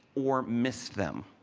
or missed them.